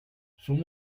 son